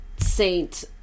Saint